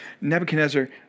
Nebuchadnezzar